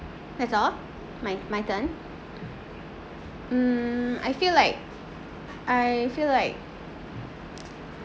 that's all my my turn mm I feel like I feel like